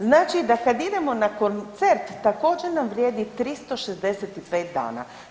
Znači da kad idemo na koncert, također nam vrijedi 365 dana.